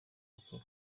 makuru